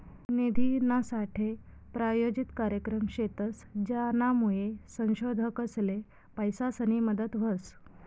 निधीनासाठे प्रायोजित कार्यक्रम शेतस, ज्यानामुये संशोधकसले पैसासनी मदत व्हस